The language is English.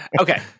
Okay